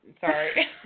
sorry